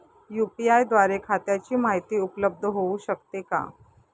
UPI द्वारे खात्याची माहिती उपलब्ध होऊ शकते का?